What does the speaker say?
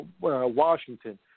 Washington